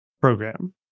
program